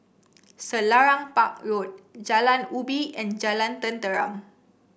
Selarang Park Road Jalan Ubi and Jalan Tenteram